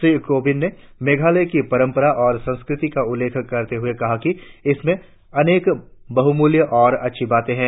श्री कोविंद ने मेघालय की परम्परा और संस्कृति का उल्लेख करते हुए कहा कि इसमें अनेक बहुमूल्य और अच्छी बाते हैं